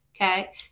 Okay